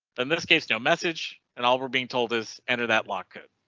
in this case no message and all were being told is entered at lock code.